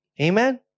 Amen